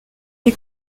est